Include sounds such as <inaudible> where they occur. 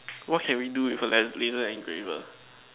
<noise> what can we do with a las~ laser engraver